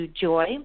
joy